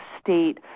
state